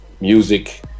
music